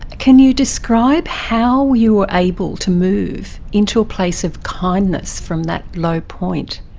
ah can you describe how you were able to move into a place of kindness from that low point?